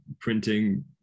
printing